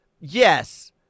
yes